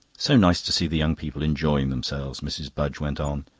so nice to see the young people enjoying themselves, mrs. budge went on.